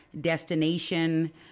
destination